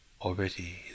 Already